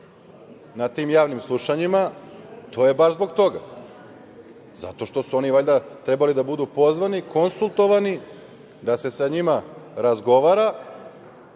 na tim javnim slušanjima. To je baš zbog toga, zato što su oni valjda trebali da budu pozvani, konsultovani, da se sa njima razgovara